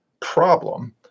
problem